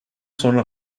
sonra